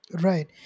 right